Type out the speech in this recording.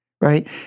right